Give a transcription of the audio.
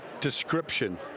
description